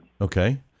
Okay